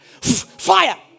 Fire